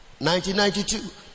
1992